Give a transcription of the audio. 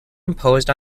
imposed